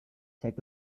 zählt